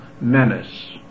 menace